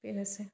बेनोसै